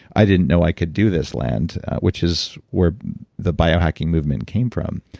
i didn't know i could do this, land, which is where the biohacking movement came from.